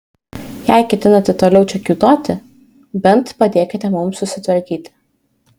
jei ketinate toliau čia kiūtoti bent padėkite mums susitvarkyti